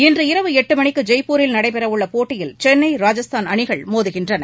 இன்று இரவு எட்டு மணிக்கு ஜெய்ப்பூரில் நடைபெறவுள்ள போட்டியில் சென்னை ராஜஸ்தான் அணிகள் மோதுகின்றன